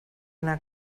una